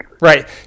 Right